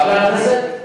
חבר הכנסת, ?